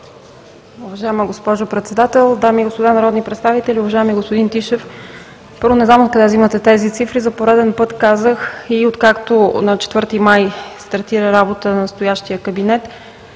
Уважаема госпожо Председател, дами и господа народни представители, уважаеми господин Тишев! Първо, не знам от къде взимате тези цифри – за пореден път казах и откакто на 4 май стартира работа настоящият кабинет